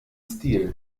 stil